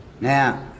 Now